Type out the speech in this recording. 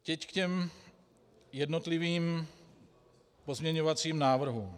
Teď k jednotlivým pozměňovacím návrhům.